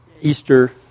Easter